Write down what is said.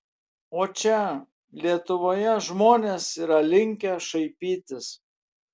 o čia lietuvoje žmonės yra linkę šaipytis